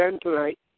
tonight